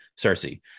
Cersei